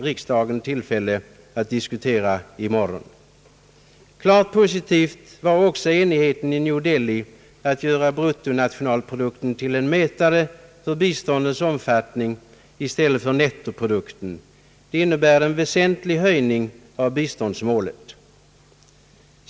Riksdagen får tillfälle att diskutera mera därom i morgon. Klart positiv var också enigheten i New Delhi att göra bruttonationalprodukten till mätare för biståndets omfattning i stället för nettoprodukten. Det innebär en väsentlig höjning av biståndsmålet.